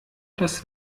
das